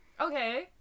Okay